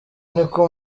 niko